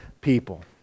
people